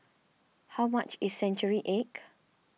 how much is Century Egg